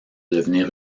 devenir